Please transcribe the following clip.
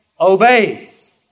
obeys